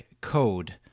code